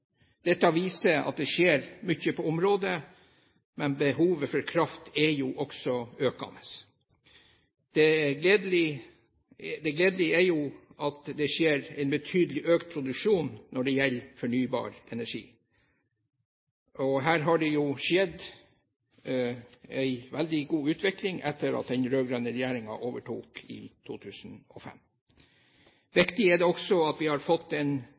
Dette viser at det skjer mye på området, men behovet for kraft er også økende. Det gledelige er at det skjer en betydelig økt produksjon når det gjelder fornybar energi. Her har det skjedd en veldig god utvikling etter at den rød-grønne regjeringen overtok i 2005. Viktig er det også at vi har fått til en